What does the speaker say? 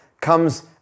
comes